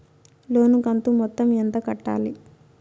లోను కంతు మొత్తం ఎంత కట్టాలి?